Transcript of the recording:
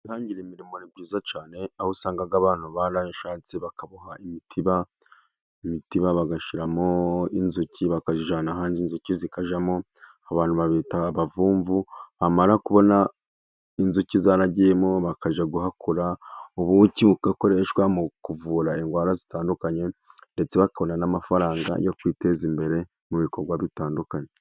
Kwihangira imirimo ni byiza cyane aho usanga abantu barashatse bakaboha mitiba bagashiramo inzuki bakayiijyana ahantu inzuki zikajyamo. Abo bantu babita abavumvu. Bamara kubona inzuki ,zaragiyemo bakajya guhakura ubuki, bugakoreshwa mu kuvura indwara zitandukanye, ndetse bakanabona n'amafaranga yo kwiteza imbere mu bikorwa bitandukanye.